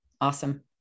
awesome